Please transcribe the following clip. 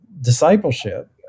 discipleship